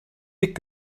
dick